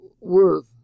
worth